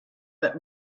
but